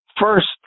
first